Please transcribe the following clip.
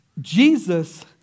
Jesus